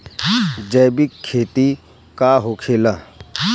जैविक खेती का होखेला?